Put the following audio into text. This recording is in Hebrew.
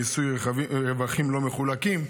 מיסוי רווחים לא מחולקים,